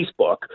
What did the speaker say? Facebook